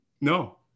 no